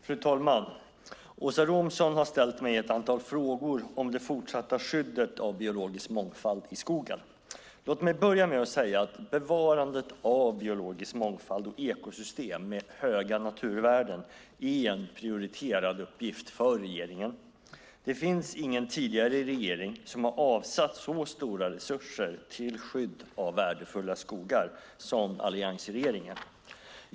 Fru talman! Åsa Romson har ställt ett antal frågor till mig om det fortsatta skyddet av biologisk mångfald i skogen. Låt mig börja med att säga att bevarandet av biologisk mångfald och ekosystem med höga naturvärden är en prioriterad uppgift för regeringen. Det finns ingen tidigare regering som har avsatt så stora resurser till skydd av värdefulla skogar som alliansregeringen.